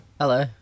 Hello